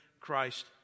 Christ